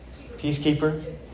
Peacekeeper